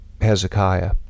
Hezekiah